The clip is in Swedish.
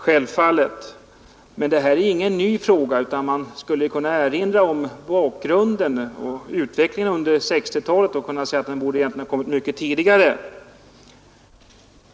Självfallet, men detta är ingen ny fråga, utan mot bakgrund av utvecklingen under 1960-talet borde den egentligen ha kommit mycket tidigare.